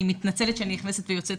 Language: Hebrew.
אני מתנצלת שאני נכנסת ויוצאת,